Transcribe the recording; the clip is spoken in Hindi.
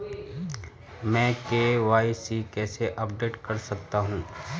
मैं के.वाई.सी कैसे अपडेट कर सकता हूं?